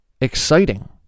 exciting